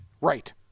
right